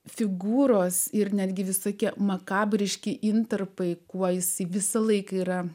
figūros ir netgi visokie makabriški intarpai kuo jis visą laiką yra